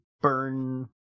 burn